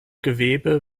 gewebe